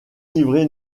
livré